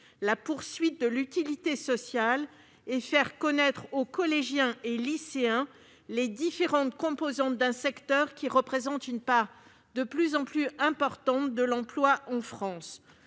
la poursuite de l'utilité sociale, et de faire connaître aux collégiens et aux lycéens les différentes composantes d'un secteur qui représente une part de plus en plus importante de l'emploi en France.